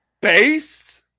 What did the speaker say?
based